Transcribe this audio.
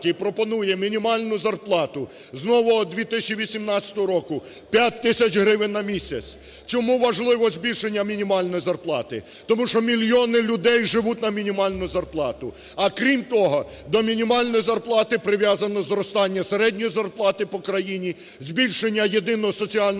пропонує мінімальну зарплату з нового 2018 року 5 тисяч гривень на місяць. Чому важливо збільшення мінімальної зарплати? Тому що мільйони людей живуть на мінімальну зарплату. А крім того, до мінімальної зарплати прив'язано зростання середньої зарплати по країні, збільшення єдиного соціального внеску